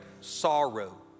sorrow